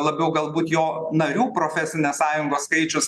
labiau galbūt jo narių profesinės sąjungos skaičius